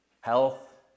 health